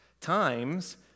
times